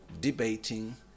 debating